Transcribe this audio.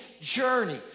journey